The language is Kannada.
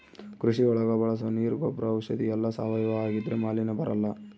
ಕೃಷಿ ಒಳಗ ಬಳಸೋ ನೀರ್ ಗೊಬ್ರ ಔಷಧಿ ಎಲ್ಲ ಸಾವಯವ ಆಗಿದ್ರೆ ಮಾಲಿನ್ಯ ಬರಲ್ಲ